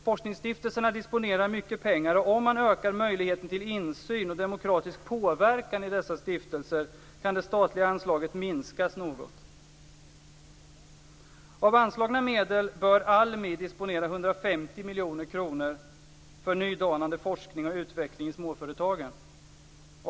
Forskningsstiftelserna disponerar mycket pengar, och om man ökar möjligheten till insyn och demokratisk påverkan i dessa stiftelser, kan det statliga anslaget minskas något. Av anslagna medel bör ALMI disponera 150 miljoner kronor för nydanande forskning och utveckling i småföretagen.